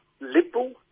liberal